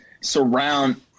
surround –